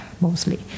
mostly